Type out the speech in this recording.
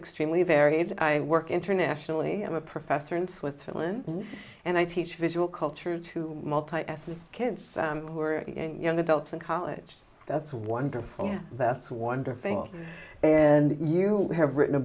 extremely varied i work internationally i'm a professor in switzerland and i teach visual culture to multi ethnic kids who are young adults and college that's wonderful that's wonderful and you have written a